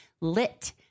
Lit